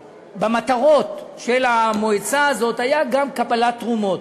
במטרות של המועצה הזאת הייתה גם קבלת תרומות.